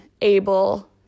able